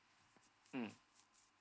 mm